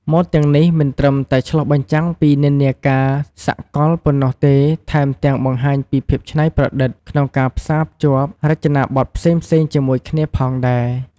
ម៉ូដទាំងនេះមិនត្រឹមតែឆ្លុះបញ្ចាំងពីនិន្នាការសកលប៉ុណ្ណោះទេ ថែមទាំងបង្ហាញពីភាពច្នៃប្រឌិតក្នុងការផ្សារភ្ជាប់រចនាបទផ្សេងៗជាមួយគ្នាផងដែរ។